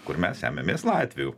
kur mes semiamės latvių